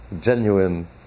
genuine